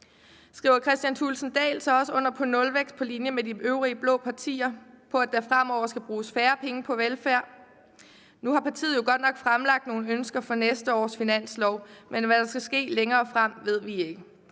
Skriver hr. Kristian Thulesen Dahl også under på at ønske en nulvækst på linje med de øvrige blå partier og på, at der fremover skal bruges færre penge på velfærd? Nu har partiet jo godt nok fremlagt nogle ønsker for næste års finanslov, men hvad der skal ske længere fremme, ved vi ikke.